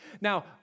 Now